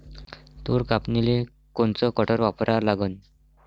तूर कापनीले कोनचं कटर वापरा लागन?